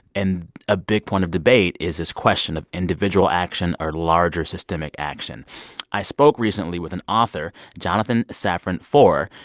and a big point of debate is this question of individual action or larger systemic action i spoke recently with an author, jonathan safran foer,